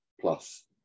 plus